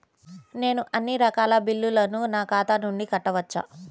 నేను అన్నీ రకాల బిల్లులను నా ఖాతా నుండి కట్టవచ్చా?